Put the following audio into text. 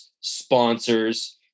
sponsors